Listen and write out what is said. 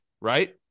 right